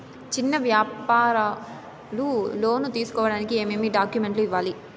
చిన్న వ్యాపారులు లోను తీసుకోడానికి ఏమేమి డాక్యుమెంట్లు ఇవ్వాలి?